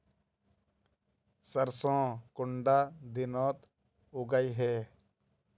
सरसों कुंडा दिनोत उगैहे?